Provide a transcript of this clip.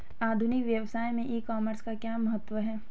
आधुनिक व्यवसाय में ई कॉमर्स का क्या महत्व है?